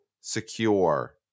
secure